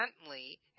gently